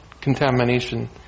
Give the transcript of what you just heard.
contamination